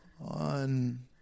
On